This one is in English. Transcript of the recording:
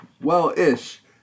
well-ish